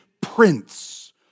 prince